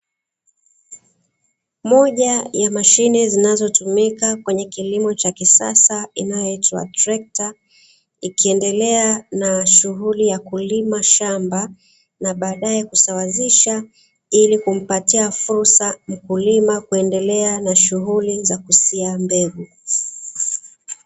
Moja ya mashine zinazotumika kwenye kilimo cha kisasa inayoitwa trekta, ikiendelea na shughuli ya kulima shamba na badaye kusawazisha, ili kumpatia fursa mkulima kuendelea na shughuli za kusia mbegu.